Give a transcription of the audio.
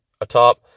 atop